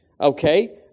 Okay